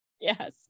Yes